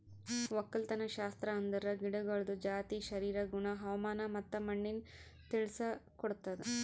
ಒಕ್ಕಲತನಶಾಸ್ತ್ರ ಅಂದುರ್ ಗಿಡಗೊಳ್ದ ಜಾತಿ, ಶರೀರ, ಗುಣ, ಹವಾಮಾನ ಮತ್ತ ಮಣ್ಣಿನ ತಿಳುಸ್ ಕೊಡ್ತುದ್